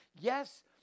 Yes